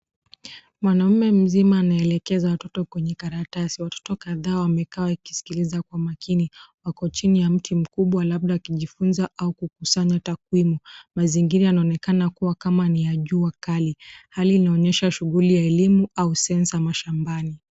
Mwanaume mzima anaelekeza watoto kwenye karatasi. Watoto kadhaa wamekaa wakisikiliza kwa makini. Wako chini ya mti mkubwa labda wakijifunza au kukusanya takwimu. Mazingira inaonekana kuwa kama ni ya jua kali. Hali inaonyesha shuguli ya elimu au cs[sensor]cs mashambani.